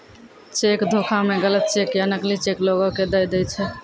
cheque धोखा मे गलत चेक या नकली चेक लोगो के दय दै छै